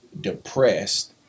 depressed